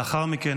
לאחר מכן,